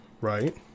Right